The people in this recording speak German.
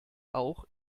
auch